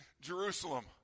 Jerusalem